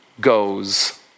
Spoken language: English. goes